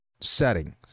settings